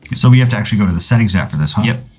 so we have to actually go to the settings app for this, huh? yep.